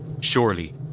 Surely